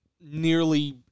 nearly